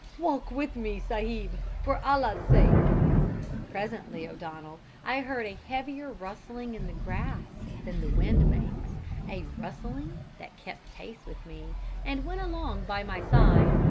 walk with me, sahib, for allah's sake presently, o'donnell, i heard a heavier rustling in the grass than the wind makes a rustling that kept pace with me and went along by my side,